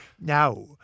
Now